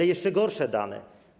Są jeszcze gorsze dane.